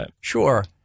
Sure